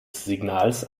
signals